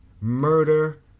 murder